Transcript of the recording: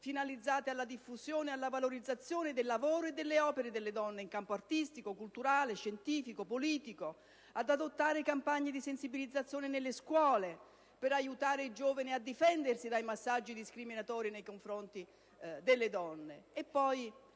finalizzate alla diffusione e alla valorizzazione del lavoro e delle opere delle donne in campo artistico, culturale, scientifico, politico; ad adottare campagne di sensibilizzazione nelle scuole, per aiutare i giovani a difendersi dai messaggi discriminatori nei confronti delle donne;